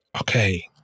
Okay